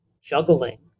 juggling